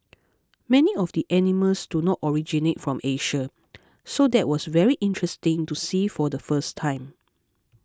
many of the animals do not originate from Asia so that was very interesting to see for the first time